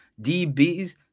DBs